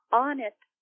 honest